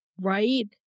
Right